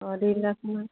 অঁ দেৰ লাখ মান